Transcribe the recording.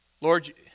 Lord